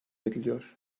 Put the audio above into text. ediliyor